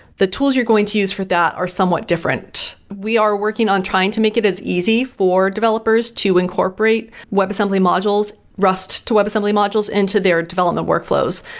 the tills you are going to use for that are somewhat different. we are working on trying to make it as easy for developers to incorporate web assembly modules, rust to web assembly modules into their developmental workflows.